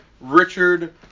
Richard